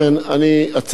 אדוני היושב-ראש,